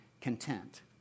content